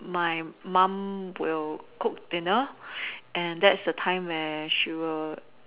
my mum will cook dinner and that's the time where she will